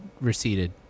receded